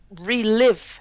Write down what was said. relive